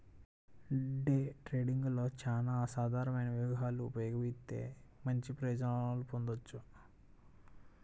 day ట్రేడింగ్లో చానా అసాధారణమైన వ్యూహాలను ఉపయోగిత్తే మంచి ప్రయోజనాలను పొందొచ్చు